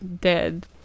dead